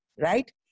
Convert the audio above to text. right